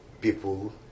people